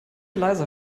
leiser